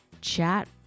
chat